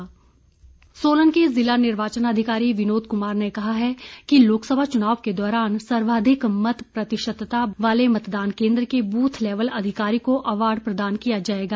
award Solan के ज़िला निर्वाचन अधिकारी विनोद कुमार ने कहा है कि लोकसभा चुनाव के दौरान सर्वाधिक मत प्रतिशतता वाले मतदान केन्द्र के बूथ लेवल अधिकारी को अवॉर्ड प्रदान किया जाएगा